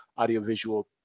audiovisual